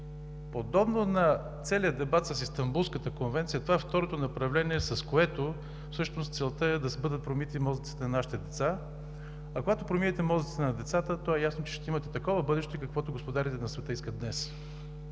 Подобно на целия дебат с Истанбулската конвенция, това е второто направление, с което всъщност целта е да бъдат промити мозъците на нашите деца, а когато промиете мозъците на децата, то е ясно, че ще имате такова бъдеще, каквото господарите на света искат днес.